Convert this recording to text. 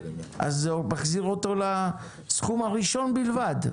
זה מחזיר אותו לסכום הראשון בלבד.